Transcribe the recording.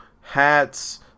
hats